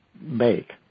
make